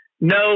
no